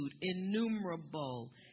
innumerable